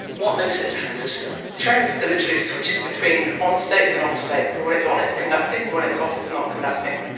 what makes it a transistor? a transistor literally switches between on states and off states, and when it's on it's conducting, and when it's off it's not conducting.